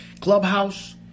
Clubhouse